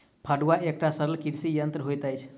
फड़ुआ एकटा सरल कृषि यंत्र होइत अछि